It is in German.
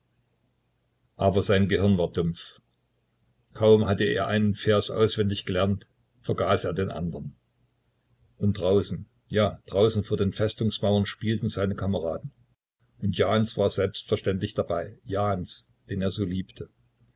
aber sein gehirn war dumpf kaum hatte er einen vers auswendig gelernt vergaß er den andern und draußen ja draußen vor den festungsmauern spielten seine kameraden und jahns war selbstverständlich dabei jahns den er so liebte